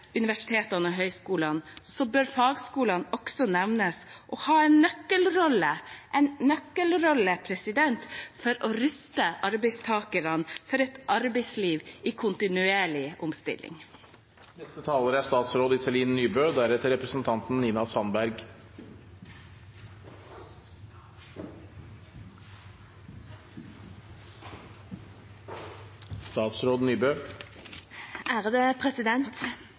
universitetene og høyskolene bør fagskolene også nevnes, og ha en nøkkelrolle – en nøkkelrolle, president – for å ruste arbeidstakerne for et arbeidsliv i kontinuerlig omstilling. Dette landet står overfor en stor omstilling. Det er